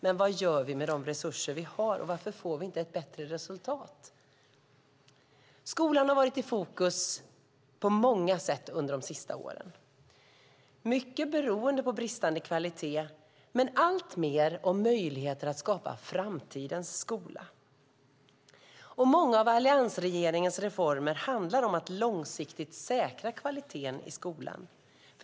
Men vad gör vi med de resurser vi har, och varför får vi inte ett bättre resultat? Skolan har varit i fokus på många sätt under de senaste åren, mycket beroende på bristande kvalitet. Men alltmer handlar det om möjligheterna att skapa framtidens skola. Många av alliansregeringens reformer handlar om att långsiktigt säkra kvaliteten i skolan.